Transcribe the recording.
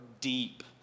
deep